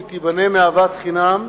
והיא תיבנה מאהבת חינם.